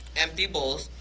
empty bowls.